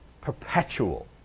Perpetual